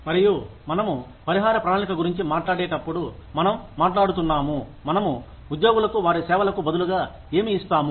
మరియు మనము పరిహార ప్రణాళిక గురించి మాట్లాడేటప్పుడు మనం మాట్లాడుతున్నాము మనము ఉద్యోగులకు వారి సేవలకు బదులుగా ఏమి ఇస్తాము